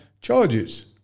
charges